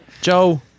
joe